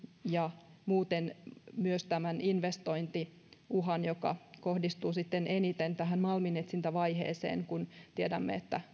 ja muuten myös tämän investointiuhan myötä joka kohdistuu sitten eniten tähän malminetsintävaiheeseen kun tiedämme että